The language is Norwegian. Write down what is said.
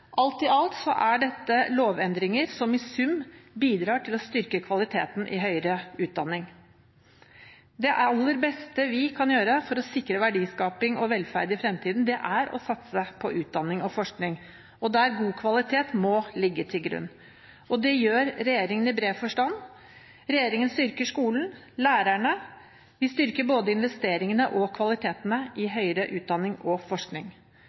Alt i alt er dette lovendringer som i sum bidrar til å styrke kvaliteten i høyere utdanning. Det aller beste vi kan gjøre for å sikre verdiskaping og velferd i fremtiden, er å satse på utdanning og forskning, der god kvalitet må ligge til grunn. Det gjør regjeringen i bred forstand. Regjeringen styrker skolen og lærerne, og vi styrker både investeringene og kvaliteten i høyere utdanning og forskning.